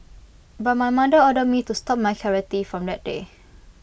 but my mother ordered me to stop my karate from that day